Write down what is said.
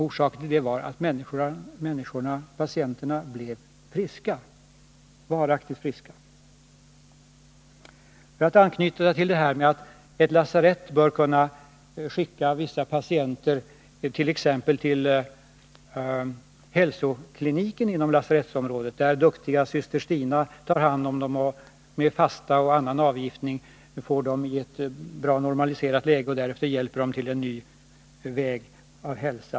Orsaken till det var att patienterna verkligen blev varaktigt friska. Jag sade tidigare att ett lasarett bör kunna skicka vissa patienter till exempelvis en hälsoklinik inom lasarettsområdet, där ”duktiga syster Stina” tar hand om dem och med fasta och annan avgiftning får dem att komma i ett normaliserat och bra utgångsläge och därefter hjälper dem in på en ny väg till hälsa.